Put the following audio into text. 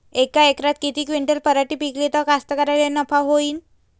यका एकरात किती क्विंटल पराटी पिकली त कास्तकाराइले नफा होईन?